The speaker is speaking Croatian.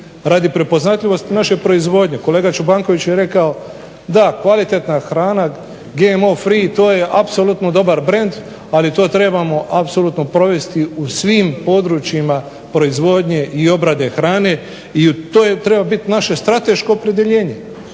radi prepoznatljivosti naše proizvodnje. Kolega Čobanković je rekao da, kvalitetna hrana, GMO free to je apsolutno dobar brend ali to trebamo apsolutno provesti u svim područjima proizvodnje i obrade hrane i to treba biti naše strateško opredjeljenje.